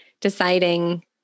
deciding